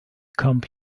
comb